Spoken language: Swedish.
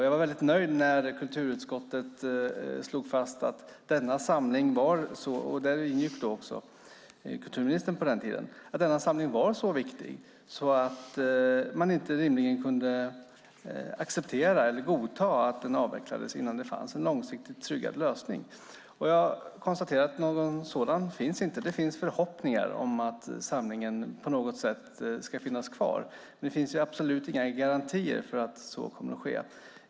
Jag var väldigt nöjd när kulturutskottet - där också kulturministern ingick på den tiden - slog fast att samlingen är så viktig att man rimligen inte kunde acceptera eller godta att den avvecklas innan det finns en långsiktigt tryggad lösning. Jag kan konstatera att någon sådan inte finns. Det finns förhoppningar om att samlingen på något sätt ska finnas kvar. Men det finns absolut inga garantier för att så kommer att ske.